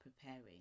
preparing